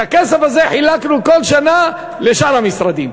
את הכסף הזה חילקנו כל שנה לשאר המשרדים.